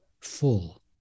full